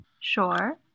Sure